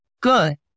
good